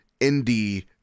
indie